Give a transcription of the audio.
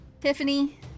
Tiffany